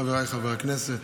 חבריי חברי הכנסת,